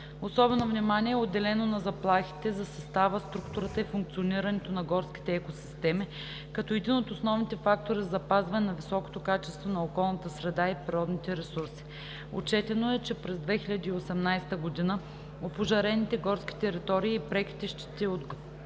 Особено внимание е отделено на заплахите за състава, структурата и функционирането на горските екосистеми като един от основните фактори за запазване на високото качество на околната среда и природните ресурси. Отчетено е, че за 2018 г. опожарените горски територии и преките щети от горски